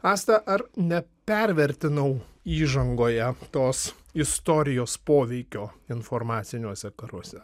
asta ar ne pervertinau įžangoje tos istorijos poveikio informaciniuose karuose